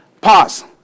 pause